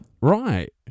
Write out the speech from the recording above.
Right